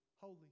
holy